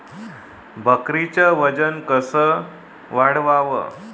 बकरीचं वजन कस वाढवाव?